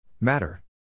Matter